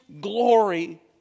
glory